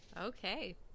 Okay